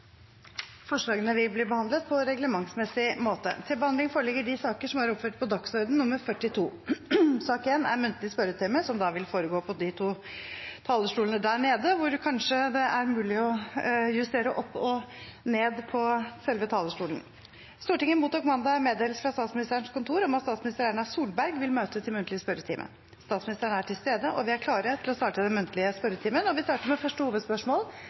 Forslagene vil bli behandlet på reglementsmessig måte. Stortinget mottok mandag meddelelse fra Statsministerens kontor om at statsminister Erna Solberg vil møte til muntlig spørretime. Statsministeren er til stede, og vi er klare til å starte den muntlige spørretimen, som vil foregå på de to talerstolene der nede, som kanskje kan justeres opp og ned. Vi starter da med første hovedspørsmål, fra representanten Jonas Gahr Støre. Vi erfarer i dag den høyeste ledigheten Norge har hatt på flere tiår. Vi er i ferd med å